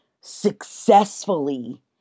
successfully